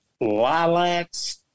lilacs